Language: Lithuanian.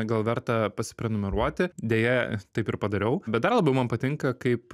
gal verta pasiprenumeruoti deja taip ir padariau bet dar labiau man patinka kaip